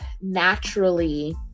naturally